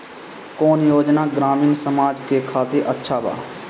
कौन योजना ग्रामीण समाज के खातिर अच्छा बा?